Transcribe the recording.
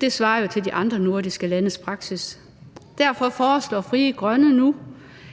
Det svarer jo til de andre nordiske landes praksis. Derfor foreslår Frie Grønne nu,